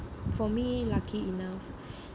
for me lucky enough